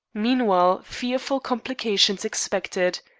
meanwhile fearful complications expected.